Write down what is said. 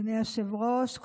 אדוני היושב-ראש,